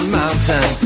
mountain